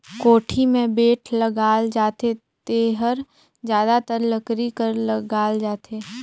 कोड़ी मे बेठ लगाल जाथे जेहर जादातर लकरी कर लगाल जाथे